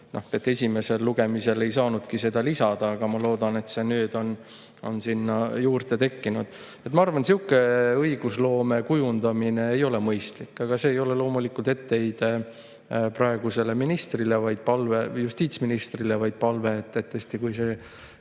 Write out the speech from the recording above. Esimesel lugemisel ei saanudki seda lisada, aga ma loodan, et see nüüd on sinna juurde tekkinud. Ma arvan, et sihuke õigusloome kujundamine ei ole mõistlik. Aga see ei ole loomulikult etteheide praegusele justiitsministrile, vaid palve, et kui